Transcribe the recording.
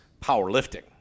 powerlifting